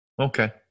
Okay